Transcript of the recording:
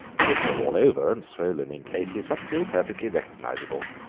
kippered all over and swollen in places, but still perfectly recognisable.